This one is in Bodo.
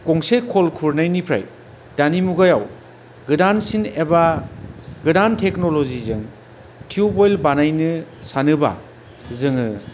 गंसे कल खुरनायनिफ्राय दानि मुगायाव गोदानसिन एबा गोदान टेक्न'ल'जिजों टिउबवेल बानायनो सानोबा जोङो